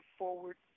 forward